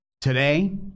Today